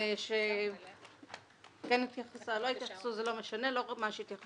מבין כל ההערות שהיו פה יש הערה אחת שלי שאף אחד לא אמר אותה,